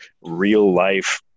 real-life